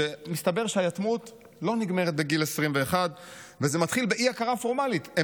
ומסתבר שהיתמות לא נגמרת בגיל 21. זה מתחיל באי-הכרה פורמלית,